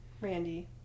Randy